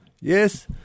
Yes